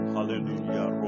Hallelujah